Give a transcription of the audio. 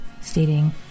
stating